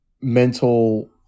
mental